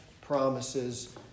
promises